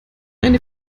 eine